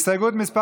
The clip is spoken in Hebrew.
הסתייגות מס'